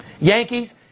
Yankees